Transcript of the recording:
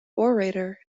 orator